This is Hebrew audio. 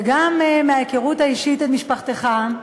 וגם מההיכרות האישית את משפחתך,